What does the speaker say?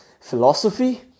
philosophy